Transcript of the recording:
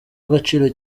agaciro